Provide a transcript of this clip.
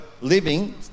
living